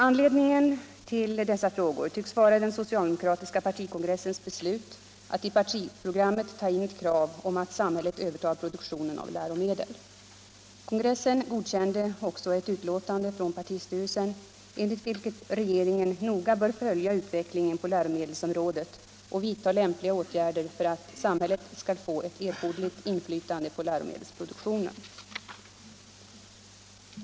Anledningen till dessa frågor tycks vara den socialdemokratiska partikongressens beslut att i partiprogrammet ta in ett krav på att samhället övertar produktionen av läromedel. Kongressen godkände också ett utlåtande från partistyrelsen enligt vilket regeringen noga bör följa utvecklingen på läromedelsområdet och vidta lämpliga åtgärder för att samhället skall få ett erforderligt inflytande på läromedelsproduktionen.